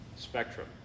spectrum